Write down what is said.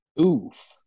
Oof